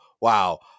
Wow